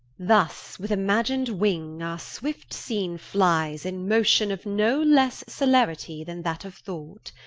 thus with imagin'd wing our swift scene flyes, in motion of no lesse celeritie then that of thought.